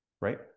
right